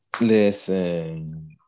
Listen